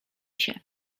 się